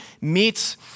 meets